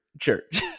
church